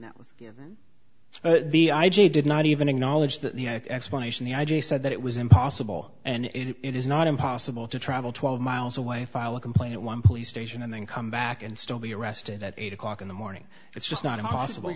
that was given the i g did not even acknowledge that the explanation the i g said that it was impossible and it is not impossible to travel twelve miles away file a complaint one police station and then come back and still be arrested at eight o'clock in the morning it's just not impossible